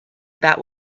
about